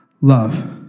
love